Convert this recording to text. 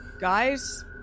Guys